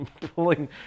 pulling